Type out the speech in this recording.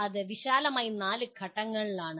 അത് വിശാലമായി 4 ഘട്ടങ്ങളാണ്